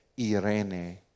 irene